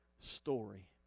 story